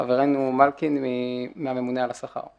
חברנו מלכין מהממונה על השכר.